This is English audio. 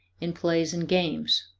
in plays and games.